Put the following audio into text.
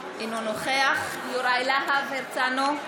אינו נוכח יוראי להב הרצנו,